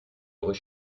aurait